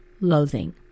loathing